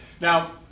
Now